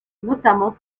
notamment